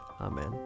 Amen